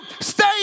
stay